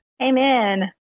Amen